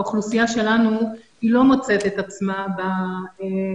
האוכלוסייה שלנו לא מוצאת את עצמה באולפנים